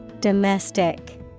Domestic